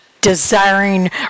desiring